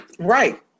Right